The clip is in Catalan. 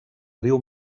riu